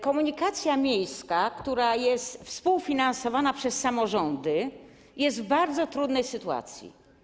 Komunikacja miejska, która jest współfinansowana przez samorządy, jest w bardzo trudnej sytuacji.